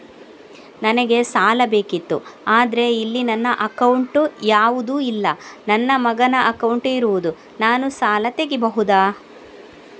ನನಗೆ ಸಾಲ ಬೇಕಿತ್ತು ಆದ್ರೆ ಇಲ್ಲಿ ನನ್ನ ಅಕೌಂಟ್ ಯಾವುದು ಇಲ್ಲ, ನನ್ನ ಮಗನ ಅಕೌಂಟ್ ಇರುದು, ನಾನು ಸಾಲ ತೆಗಿಬಹುದಾ?